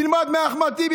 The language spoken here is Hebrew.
תלמד מאחמד טיבי,